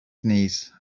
knees